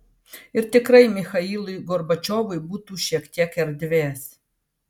ir tikrai michailui gorbačiovui būtų šiek tiek erdvės